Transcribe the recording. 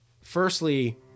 Firstly